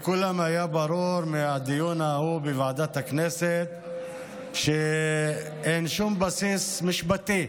לכולם היה ברור מהדיון ההוא בוועדת הכנסת שאין שום בסיס משפטי